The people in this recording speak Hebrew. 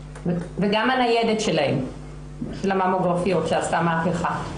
וגם הניידת שלהם לממוגרפיות שעשתה מהפכה.